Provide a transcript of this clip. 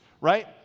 right